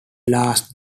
last